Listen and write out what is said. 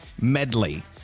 Medley